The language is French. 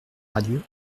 radieux